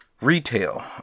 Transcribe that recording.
retail